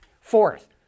Fourth